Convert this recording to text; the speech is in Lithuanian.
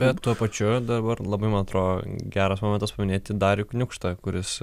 bet tuo pačiu dabar labai man atrodo geras momentas paminėti darių kniukštą kuris